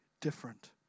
different